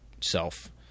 self